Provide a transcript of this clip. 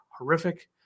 horrific